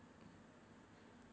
oh I